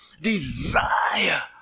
desire